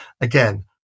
Again